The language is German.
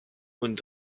und